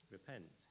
Repent